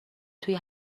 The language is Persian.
توی